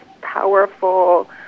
powerful